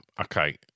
Okay